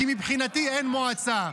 כי מבחינתי אין מועצה.